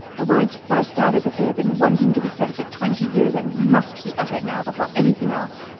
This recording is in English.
the words burst out as if they had been wanting to be said for twenty years and must be uttered now, before anything else.